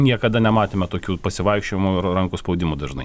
niekada nematėme tokių pasivaikščiojimų ir rankų spaudimų dažnai